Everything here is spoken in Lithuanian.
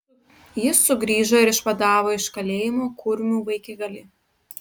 jis sugrįžo ir išvadavo iš kalėjimo kurmių vaikigalį